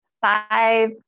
five